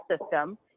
system